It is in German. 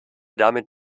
damit